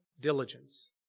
diligence